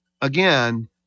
again